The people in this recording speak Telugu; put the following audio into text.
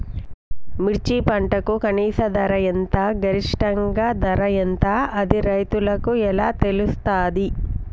మిర్చి పంటకు కనీస ధర ఎంత గరిష్టంగా ధర ఎంత అది రైతులకు ఎలా తెలుస్తది?